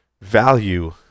value